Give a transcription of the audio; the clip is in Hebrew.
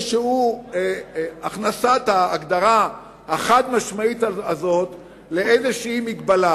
הכנסת ההגדרה החד-משמעית הזאת לאיזו הגבלה.